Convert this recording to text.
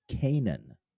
Canaan